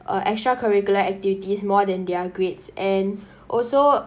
uh extra curricular activities more than their grades and also